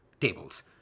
tables